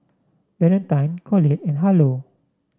Valentine Colette and Harlow